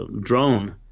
drone